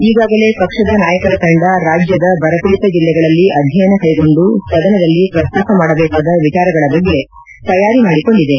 ಈಗಾಗಲೇ ಪಕ್ಷದ ನಾಯಕರ ತಂಡ ರಾಜ್ಯದ ಬರ ಪೀಡಿತ ಜಿಲ್ಲೆಗಳಲ್ಲಿ ಅಧ್ಯಯನ ಕೈಗೊಂಡು ಸದನದಲ್ಲಿ ಪ್ರಸ್ತಾಪ ಮಾಡಬೇಕಾದ ವಿಚಾರಗಳ ಬಗ್ಗೆ ತಯಾರಿ ಮಾಡಿಕೊಂಡಿದೆ